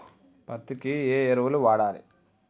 పత్తి కి ఏ ఎరువులు వాడాలి?